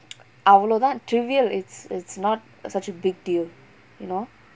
அவ்ளோதான்:avlothaan trivial it's it's not such a big deal you know